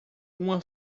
uma